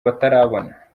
batarabona